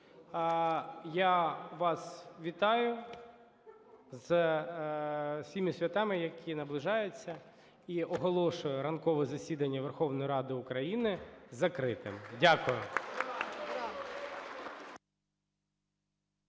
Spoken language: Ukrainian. я вас вітаю з всіма святами, які наближаються! І оголошую ранкове засідання Верховної Ради України закритим. Дякую.